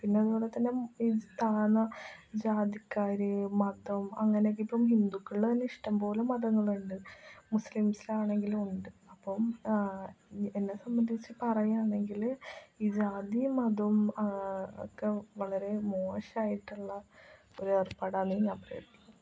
പിന്നതുപോലെ തന്നെ ഈ താണജാതിക്കാർ മതം അങ്ങനെയൊക്കിപ്പം ഹിന്ദുക്കൾ തന്നെ ഇഷ്ടം പോലെ മതങ്ങളുണ്ട് മുസ്ലിംസിലാണെങ്കിലും ഉണ്ട് അപ്പം എന്നെ സംബന്ധിച്ച് പറയുകയാണെങ്കിൽ ഈ ജാതിയും മതവും ഒക്കെ വളരെ മോശമായിട്ടുള്ള ഒരേർപ്പാടാണെന്നേ ഞാൻ പറയു